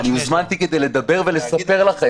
אני הוזמנתי כדי לדבר ולספר לכם.